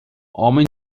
homem